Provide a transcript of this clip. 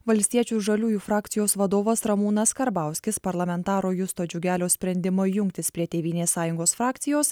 valstiečių ir žaliųjų frakcijos vadovas ramūnas karbauskis parlamentaro justo džiugelio sprendimą jungtis prie tėvynės sąjungos frakcijos